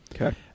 okay